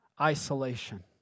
isolation